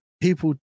people